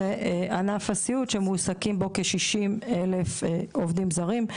זה ענף הסיעוד שמועסקים בו כ-60,000 עובדים זרים,